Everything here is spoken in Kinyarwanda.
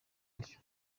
buryo